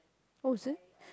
oh is it